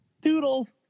Doodles